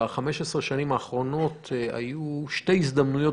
ב-15 השנים האחרונות היו שתי הזדמנויות